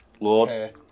Lord